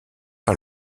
par